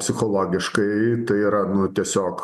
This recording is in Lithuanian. psichologiškai tai yra nu tiesiog